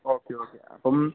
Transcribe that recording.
okay okay അപ്പം